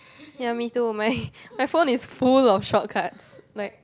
ya me too my my phone is full of shortcuts like